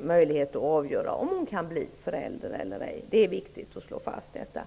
möjlighet att avgöra om hon kan bli förälder eller ej. Det är viktigt att slå fast detta.